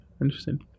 Interesting